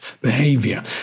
behavior